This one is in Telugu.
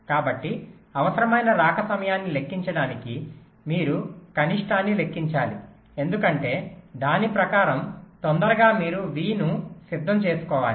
కాబట్టి అవసరమైన రాక సమయాన్ని లెక్కించడానికి మీరు కనిష్టాన్ని లెక్కించాలి ఎందుకంటే దాని ప్రకారం తొందరగా మీరు V ను సిద్ధం చేసుకోవాలి